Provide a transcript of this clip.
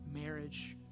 marriage